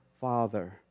Father